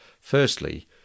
firstly